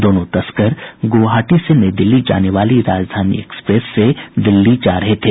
दोनों तस्कर गुवाहाटी से नई दिल्ली जाने वाली राजधानी एक्सप्रेस से दिल्ली जा रहे थे